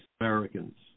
Americans